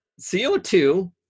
CO2